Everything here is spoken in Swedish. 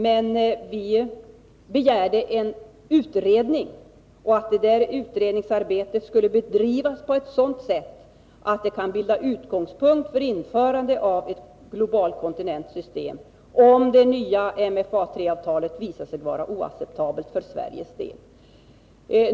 Men vi begärde en utredning och att det utredningsarbetet skulle bedrivas på ett sådant sätt att det kunde bilda utgångspunkt för införande av ett globalkontingentsystem, om det nya MFA III-avtalet visar sig vara oacceptabelt för Sveriges del.